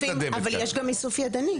אבל אנחנו אוספים, אבל יש גם איסוף ידני.